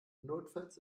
notfalls